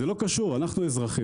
זה לא קשור, אנחנו אזרחים.